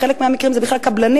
בחלק מהמקרים זה בכלל קבלנים,